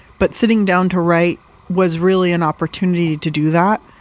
but sitting down to write was really an opportunity to do that.